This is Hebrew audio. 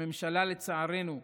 הממשלה, לצערנו,